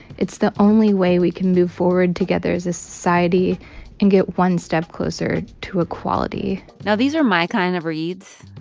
it's the only way we can move forward together as a society and get one step closer to equality now, these are my kind of reads.